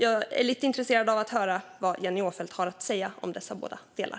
Jag är lite intresserad av att höra vad Jennie Åfeldt har att säga om dessa båda delar.